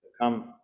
come